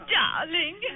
darling